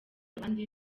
abandi